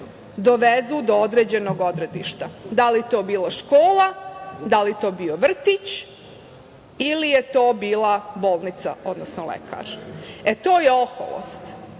dovezu do određenog odredišta, da li to bila škola, da li to bio vrtić ili je to bila bolnica, odnosno lekar. E, to je oholost.